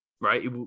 Right